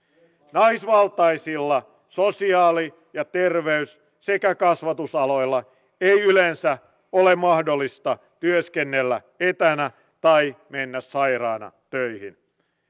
naisvaltaisilla sosiaali ja terveys sekä kasvatusaloilla ei yleensä ole mahdollista työskennellä etänä tai mennä sairaana töihin